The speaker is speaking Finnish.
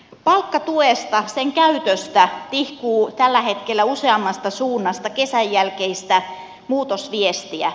palkkatuesta sen käytöstä tihkuu tällä hetkellä useammasta suunnasta kesänjälkeistä muutosviestiä